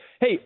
Hey